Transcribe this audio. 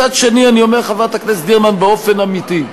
מצד שני, אני אומר, חברת הכנסת גרמן, באופן אמיתי,